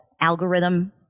algorithm